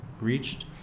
reached